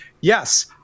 yes